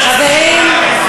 חברים,